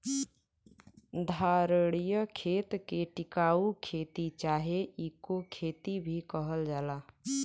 धारणीय खेती के टिकाऊ खेती चाहे इको खेती भी कहल जाला